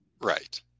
Right